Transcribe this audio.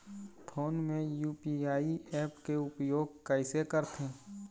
Phone मे UPI app के उपयोग कइसे करथे?